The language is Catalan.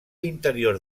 interior